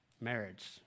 marriage